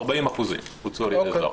40% בוצעו על ידי זר.